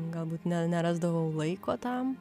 galbūt ne nerasdavau laiko tam